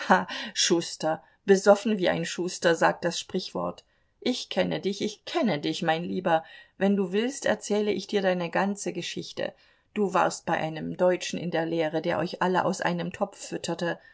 schuster besoffen wie ein schuster sagt das sprichwort ich kenne dich ich kenne dich mein lieber wenn du willst erzähle ich dir deine ganze geschichte du warst bei einem deutschen in der lehre der euch alle aus einem topf fütterte